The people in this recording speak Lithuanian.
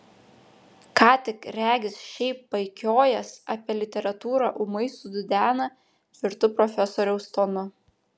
ką tik regis šiaip paikiojęs apie literatūrą ūmai sududena tvirtu profesoriaus tonu